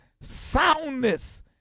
soundness